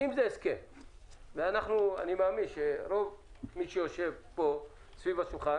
ואני מאמין שרוב מי שיושב פה מסביב לשולחן